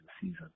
season